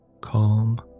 Calm